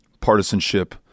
partisanship